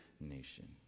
nation